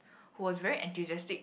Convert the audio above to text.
was very enthusiastic